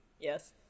Yes